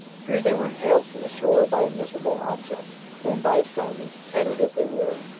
here they were hailed from the shore by a miserable object, whom by his garments, tattered as they were,